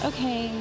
Okay